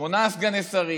שמונה סגני שרים,